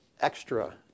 extra